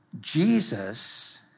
Jesus